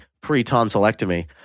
pre-tonsillectomy